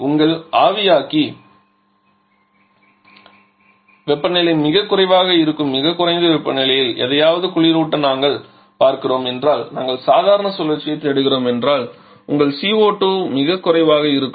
உங்கள் ஆவியாக்கி வெப்பநிலை மிகக் குறைவாக இருக்கும் மிகக் குறைந்த வெப்பநிலையில் எதையாவது குளிரூட்ட நாங்கள் பார்க்கிறோம் என்றால் நாங்கள் சாதாரண சுழற்சியைத் தேடுகிறோம் என்றால் உங்கள் CO2 மிகக் குறைவாக இருக்கும்